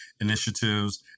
initiatives